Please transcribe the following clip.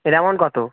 এর অ্যামাউন্ট কতো